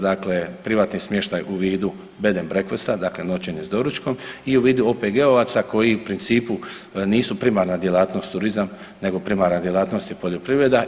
Dakle, privatni smještaj u vidu bed and breakfest, dakle noćenje s doručkom i u vidu OPG-ovaca koji u principu nisu primarna djelatnost turizma, nego primarna djelatnost je poljoprivreda.